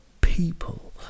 people